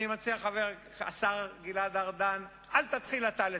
אני מציע, השר גלעד ארדן, אל תתחיל אתה לטשטש.